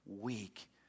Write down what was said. weak